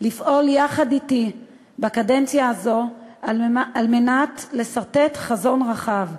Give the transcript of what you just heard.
לפעול יחד אתי בקדנציה הזו על מנת לסרטט חזון רחב.